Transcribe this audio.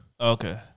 Okay